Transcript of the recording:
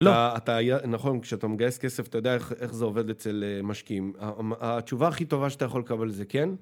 אתה... לא. נכון, כשאתה מגייס כסף אתה יודע איך, איך זה עובד אצל משקיעים. התשובה הכי טובה שאתה יכול לקבל זה "כן"